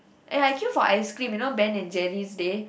eh I queue for ice cream you know Ben and Jerry's day